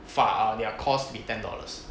fa~ err their cost to be ten dollars